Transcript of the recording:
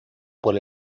por